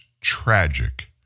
tragic